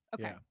okay